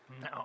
No